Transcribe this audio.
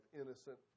innocent